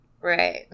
right